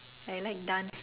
I like dance